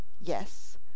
yes